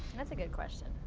that's a good question.